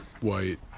White